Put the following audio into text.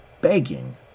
begging